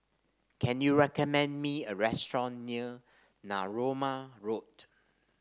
can you recommend me a restaurant near Narooma Road